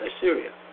Syria